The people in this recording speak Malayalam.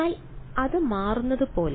എന്നാൽ അത് മാറുന്നതുപോലെ